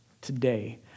today